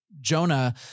Jonah